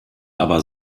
aber